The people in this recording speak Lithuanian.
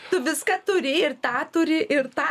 tu viską turi ir tą turi ir tą